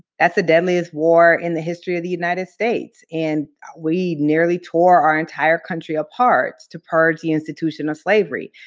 that's the deadliest war in the history of the united states, and we nearly tore our entire country apart to purge the institution of slavery.